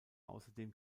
außerdem